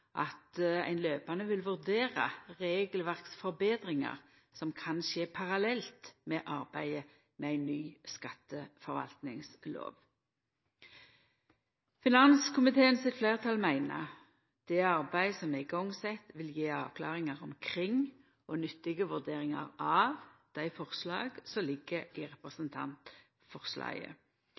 at ein løpande vil vurdera regelverksforbetringar som kan skje parallelt med arbeidet med ei ny skatteforvaltingslov. Finanskomiteen sitt fleirtal meiner at det arbeidet som er sett i gang, vil gje avklaringar omkring og nyttige vurderingar av dei forslaga som ligg i representantforslaget.